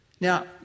Now